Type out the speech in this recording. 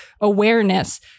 awareness